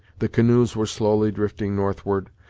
the canoes were slowly drifting northward,